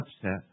upset